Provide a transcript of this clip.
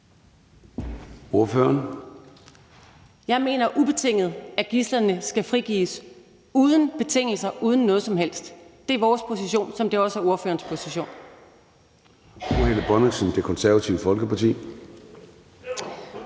Mach (EL): Jeg mener ubetinget, at gidslerne skal frigives – uden betingelser, uden noget som helst. Det er vores position, som det også er ordførerens position.